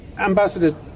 Ambassador